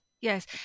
Yes